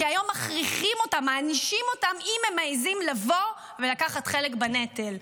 כי היום מכריחים אותם ומענישים אותם אם הם מעיזים לבוא ולקחת חלק בנטל.